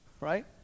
right